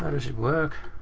but does it work?